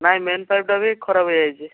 ନାଇଁ ମେନ୍ ପାଇପ୍ଟା ବି ଖରାପ ହେଇଯାଇଛି